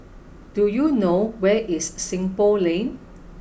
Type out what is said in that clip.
do you know where is Seng Poh Lane